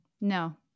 No